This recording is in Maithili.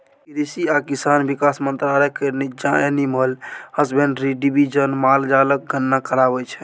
कृषि आ किसान बिकास मंत्रालय केर नीच्चाँ एनिमल हसबेंड्री डिबीजन माल जालक गणना कराबै छै